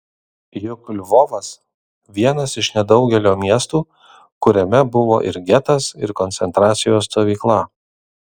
juk lvovas vienas iš nedaugelio miestų kuriame buvo ir getas ir koncentracijos stovykla